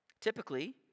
Typically